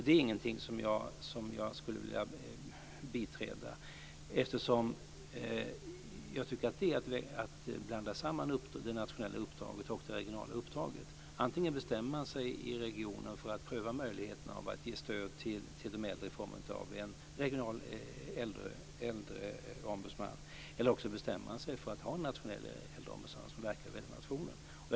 Det är ingenting som jag skulle vilja biträda eftersom jag tycker att det är att blanda samman det nationella uppdraget och det regionala uppdraget. Antingen bestämmer man sig i regioner för att pröva möjligheten av att ge stöd till de äldre i form av en regional äldreombudsman eller också bestämmer man sig för att ha en nationell äldreombudsman som verkligen är till för hela nationen.